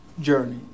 journey